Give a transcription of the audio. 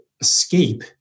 escape